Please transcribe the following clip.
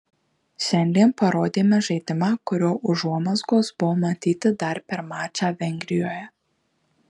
šiandien parodėme žaidimą kurio užuomazgos buvo matyti dar per mačą vengrijoje